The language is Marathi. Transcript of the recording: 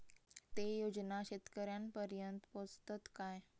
ते योजना शेतकऱ्यानपर्यंत पोचतत काय?